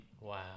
Wow